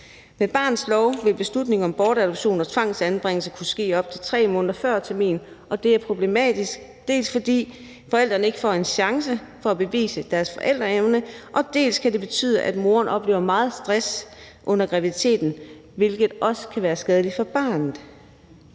Med barnets lov vil beslutningen om bortadoption og tvangsanbringelse kunne ske op til 3 måneder før termin, og det er problematisk, dels fordi forældrene ikke får en chance for at bevise deres forældreevne, dels fordi det kan betyde, at moderen oplever meget stress under graviditeten, hvilket også kan være skadeligt for barnet.